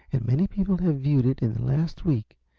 and many people have viewed it in the last week.